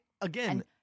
Again